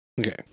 Okay